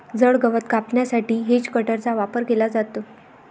जड गवत कापण्यासाठी हेजकटरचा वापर केला जातो